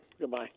Goodbye